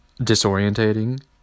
disorientating